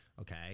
okay